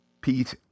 pete